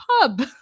Pub